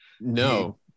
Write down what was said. No